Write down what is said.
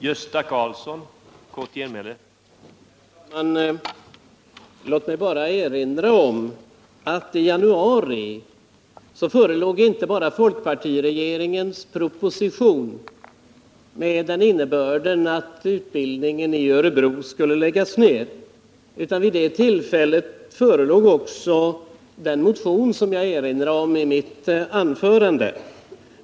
Herr talman! Låt mig bara erinra om att i januari förelåg inte bara folkpartiregeringens proposition med förslaget att utbildningen i Örebro skulle läggas ned utan också den motion som jag erinrade om i mitt anförande.